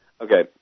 Okay